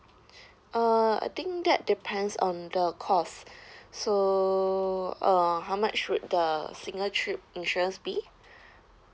uh I think that depends on the cost so uh how much would the single trip insurance be